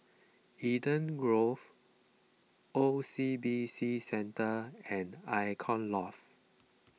Eden Grove O C B C Centre and Icon Loft